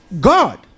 god